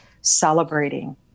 celebrating